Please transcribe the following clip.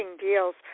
deals